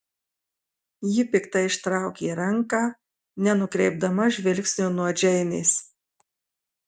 ji piktai ištraukė ranką nenukreipdama žvilgsnio nuo džeinės